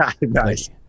Nice